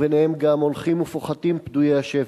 וביניהם גם הולכים ופוחתים פדויי השבי.